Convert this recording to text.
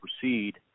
proceed